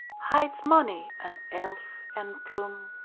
hides mony an elf and plum,